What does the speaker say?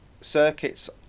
Circuits